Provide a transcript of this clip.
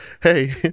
hey